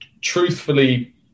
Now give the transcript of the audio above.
truthfully